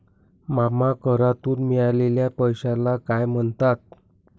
मामा करातून मिळालेल्या पैशाला काय म्हणतात?